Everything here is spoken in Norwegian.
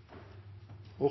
Det